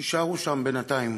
יישארו שם בינתיים.